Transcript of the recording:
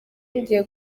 ngiye